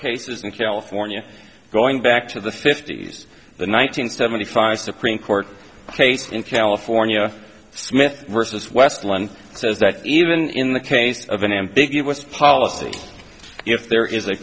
cases in california going back to the fifty's the one nine hundred seventy five supreme court case in california smith versus westland says that even in the case of an ambiguous policy if there is a